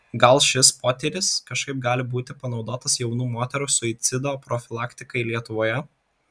gal šis potyris kažkaip gali būti panaudotas jaunų moterų suicido profilaktikai lietuvoje